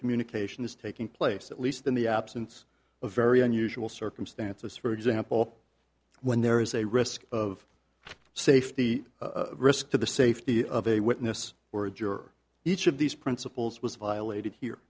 communication is taking place at least in the absence of very unusual circumstances for example when there is a risk of safety risk to the safety of a witness or a juror each of these principles was violated here